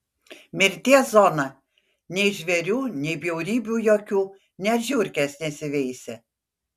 mirties zona nei žvėrių nei bjaurybių jokių net žiurkės nesiveisia